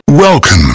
Welcome